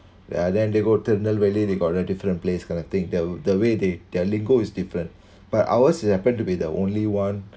ya then they go tamil whether they got their different place kind of thing the the way they their lingo is different but ours is happen to be the only one